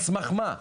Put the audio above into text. על סמך מה?